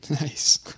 nice